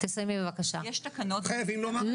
חייבים לומר את האמת.